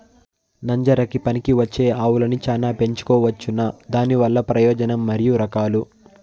నంజరకి పనికివచ్చే ఆవులని చానా పెంచుకోవచ్చునా? దానివల్ల ప్రయోజనం మరియు రకాలు?